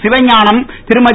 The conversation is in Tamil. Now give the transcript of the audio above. சிவஞானம் திருமதி